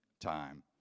time